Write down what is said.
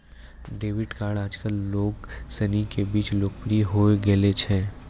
debit card आजकल लोग सनी के बीच लोकप्रिय होए गेलो छै